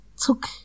took